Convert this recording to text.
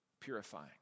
Purifying